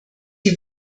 die